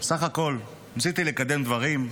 בסך הכול ניסיתי לקדם דברים.